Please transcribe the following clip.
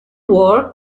war